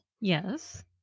Yes